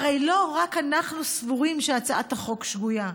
הרי לא רק אנחנו סבורים שהצעת החוק שגויה.